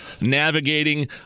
navigating